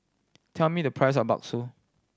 tell me the price of bakso